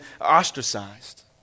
ostracized